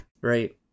Right